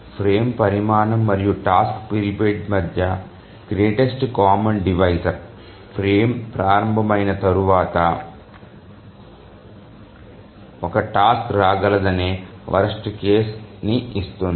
frame పరిమాణం మరియు task period మధ్య గ్రేటెస్ట్ కామన్ డివైజర్ ఫ్రేమ్ ప్రారంభమైన తర్వాత ఒక టాస్క్ రాగలదనే వరస్ట్ కేసుని ఇస్తుంది